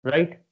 Right